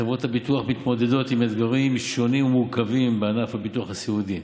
חברות הביטוח מתמודדות עם אתגרים שונים ומורכבים בענף הביטוח הסיעודי.